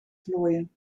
vlooien